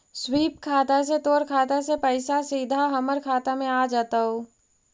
स्वीप खाता से तोर खाता से पइसा सीधा हमर खाता में आ जतउ